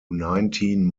nineteen